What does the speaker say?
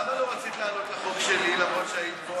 למה לא רצית לענות לחוק שלי למרות שהיית פה,